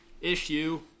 issue